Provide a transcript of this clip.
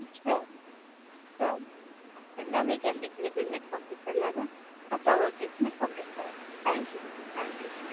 okay అండి మొత్తంగా మీకు అన్నీ టేబుల్ మీదకి పంపిచేలాగా మా సర్వర్కి ఇచ్చి మీకు పంపిస్తాం అండి థ్యాంక్ యూ అండి హవ్ ఏ నైస్ డే